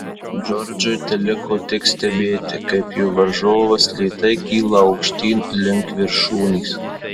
džordžui teliko tik stebėti kaip jo varžovas lėtai kyla aukštyn link viršūnės